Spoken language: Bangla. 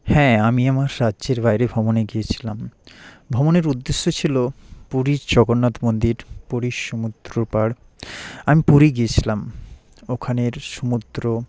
হ্যাঁ আমি আমার রাজ্যের বাইরে ভ্রমণে গিয়েছিলাম ভ্রমণের উদ্দেশ্য ছিলো পুরীর জগন্নাথ মন্দির পুরীর সুমুদ্র পার আমি পুরী গিয়েছিলাম ওখানের সুমুদ্র